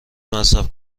مصرف